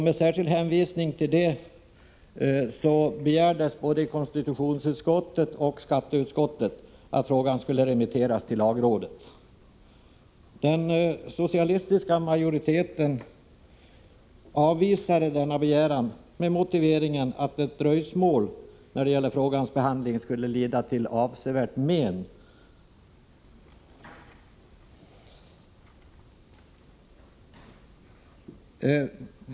Med särskild hänvisning till detta begärde både konstitutionsutskottet och skatteutskottet att frågan skulle remitteras till lagrådet. Den socialistiska majoriteten avvisade denna begäran med motivering att dröjsmålet när det gäller frågans behandling skulle leda till avsevärt men.